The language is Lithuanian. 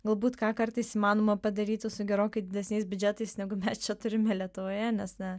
galbūt ką kartais įmanoma padaryti su gerokai didesniais biudžetais negu mes čia turime lietuvoje nes na